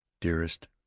Dearest